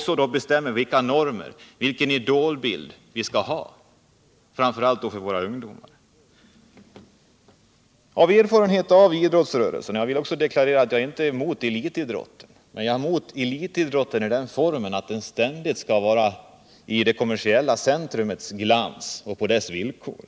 Så bestäms även vilka normer, vilka idolbilder vi skall ha — framför allt för Jag vill deklarera att jag inte är emot elitidrott, men jag är emot den elitidrott som ständigt befinner sig i centrum av kommersialiseringen och utövas på dess villkor.